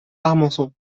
armançon